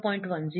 1 0